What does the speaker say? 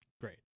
Great